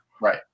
Right